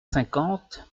cinquante